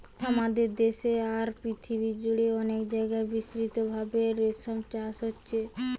আমাদের দেশে আর পৃথিবী জুড়ে অনেক জাগায় বিস্তৃতভাবে রেশম চাষ হচ্ছে